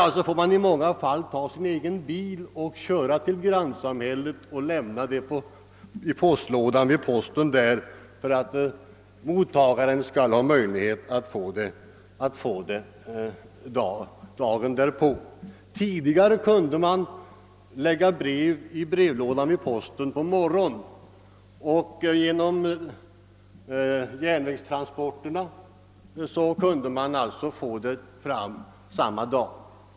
Därför får man i många fall köra till grannsamhället med egen bil och lägga brevet på postens brevlåda där, om man vill att mottagaren skall ha brevet dagen därpå. Tidigare kunde man lägga breven i postens brevlåda på morgonen, och genom att transporten då gick på järnväg kunde adressaten ha sitt brev samma dag.